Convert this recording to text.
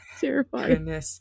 Terrifying